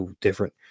different